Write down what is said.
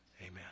Amen